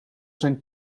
zijn